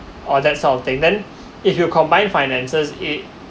or that sort of thing then if you combined finances it